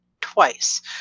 twice